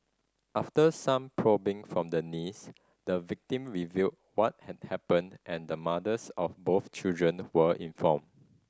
after some probing from the niece the victim revealed what had happened and the mothers of both children were informed